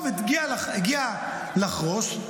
טוב, היא הגיעה לחרוש.